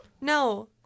No